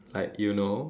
like you know